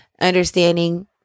understanding